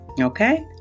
Okay